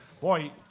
boy